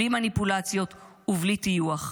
בלי מניפולציות ובלי טיוח.